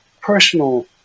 personal